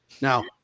now